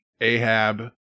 Ahab